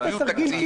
תביאו תקציב.